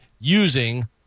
using